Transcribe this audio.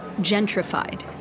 gentrified